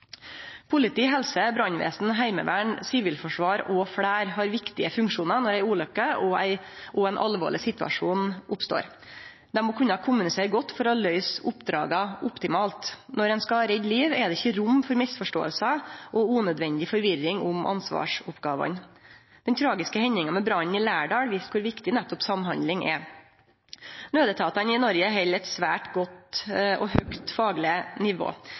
Politi, helse, brannvesen, heimevern, sivilforsvar og fleire har viktige funksjonar når ei ulukke og ein alvorleg situasjon oppstår. Dei må kunne kommunisere godt for å løyse oppdraga optimalt. Når ein skal redde liv, er det ikkje rom for misforståingar og unødvendig forvirring om ansvarsoppgåvene. Den tragiske hendinga med brannen i Lærdal viste kor viktig nettopp samhandling er. Naudetatane i Noreg held eit svært godt og høgt fagleg nivå.